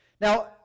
Now